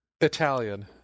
Italian